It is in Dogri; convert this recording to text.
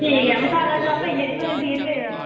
ठीक ऐ तां चाह् पेई जानी तुसेंगी बीह् रपे दी